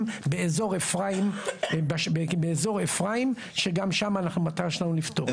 באזור אפרים שגם שם המטרה שלנו לפתור.